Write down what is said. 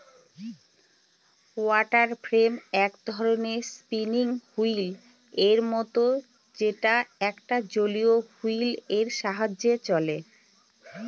water frame এক ধরনের spinning wheel এর মত যেটা একটা জলীয় হুইল এর সাহায্যে চলে